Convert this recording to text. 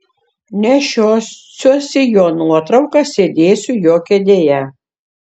nešiosiuosi jo nuotrauką sėdėsiu jo kėdėje